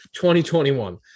2021